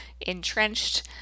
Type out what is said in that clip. entrenched